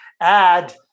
add